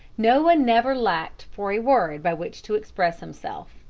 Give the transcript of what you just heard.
noah never lacked for a word by which to express himself.